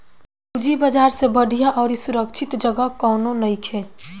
पूंजी बाजार से बढ़िया अउरी सुरक्षित जगह कौनो नइखे